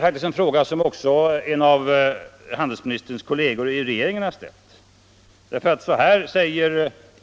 Faktiskt har en av handelsministerns kolleger i regeringen ställt den också.